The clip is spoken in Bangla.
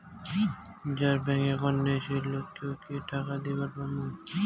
যার ব্যাংক একাউন্ট নাই সেই লোক কে ও কি টাকা দিবার পামু?